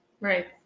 Right